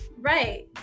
Right